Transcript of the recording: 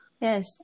Yes